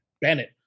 Bennett